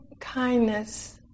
kindness